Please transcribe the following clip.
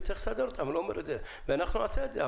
צריך לסדר את זה ואנחנו נעשה את זה,